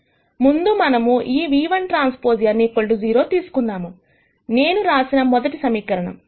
ముందు మనము ఈ v1Tn 0 తీసుకుందాము నేను రాసిన మొదటి సమీకరణం